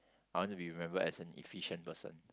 I want to be remembered as an efficient person